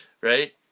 Right